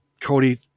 Cody